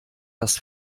das